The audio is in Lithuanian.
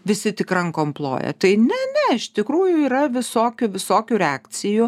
visi tik rankom ploja tai ne ne iš tikrųjų yra visokių visokių reakcijų